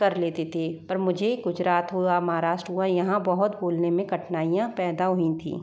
कर लेते थे पर मुझे गुजरात हुआ महाराष्ट्र हुआ यहाँ बहोत बोलने में कठिनाइयाँ पैदा हुई थीं